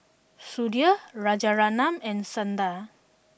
Sudhir Rajaratnam and Sundar